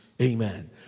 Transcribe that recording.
Amen